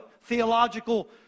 theological